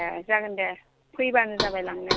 ए जागोन दे फैबानो जाबाय लांनो